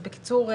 אז בקיצור,